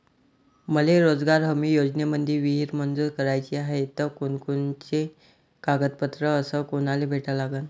मले रोजगार हमी योजनेमंदी विहीर मंजूर कराची हाये त कोनकोनते कागदपत्र अस कोनाले भेटा लागन?